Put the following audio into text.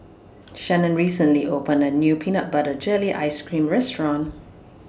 Shanon recently opened A New Peanut Butter Jelly Ice Cream Restaurant